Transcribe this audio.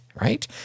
right